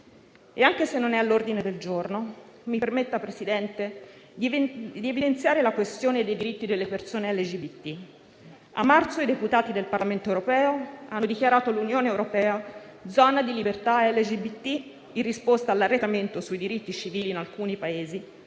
E anche se non è all'ordine del giorno, mi permetta, Presidente, di evidenziare la questione dei diritti delle persone LGBT. A marzo i deputati del Parlamento europeo hanno dichiarato l'Unione europea zona di libertà LGBT, in risposta all'arretramento sui diritti civili in alcuni Paesi,